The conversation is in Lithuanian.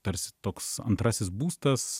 tarsi toks antrasis būstas